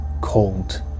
cold